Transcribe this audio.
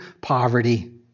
poverty